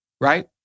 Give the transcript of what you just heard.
right